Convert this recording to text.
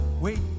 Wait